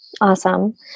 Awesome